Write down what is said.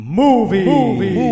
movie